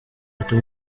ati